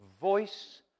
voice